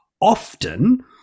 often